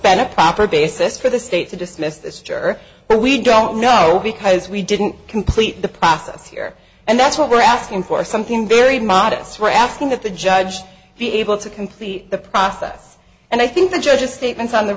been a proper basis for the state to dismiss this juror but we don't know because we didn't complete the process here and that's what we're asking for something very modest we're asking that the judge be able to complete the process and i think the judge statements on the